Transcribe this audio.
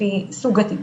לפי סוג הטיפול.